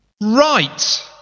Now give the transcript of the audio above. right